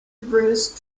bruce